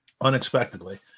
unexpectedly